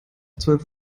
zwölf